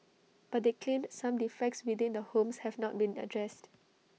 but they claimed some defects within the homes have not been addressed